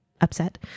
upset